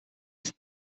ist